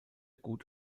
gut